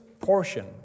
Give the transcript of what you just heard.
portion